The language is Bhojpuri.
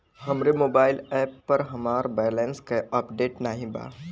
हमरे मोबाइल एप पर हमार बैलैंस अपडेट नाई बा